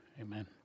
Amen